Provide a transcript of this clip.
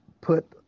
put